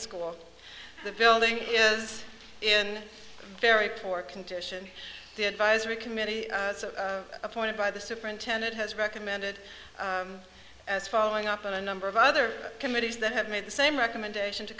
school the building is in very poor condition the advisory committee appointed by the superintendent has recommended as following up on a number of other committees that have made the same recommendation to